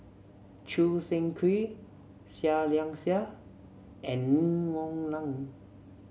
Choo Seng Quee Seah Liang Seah and Ng Woon Lam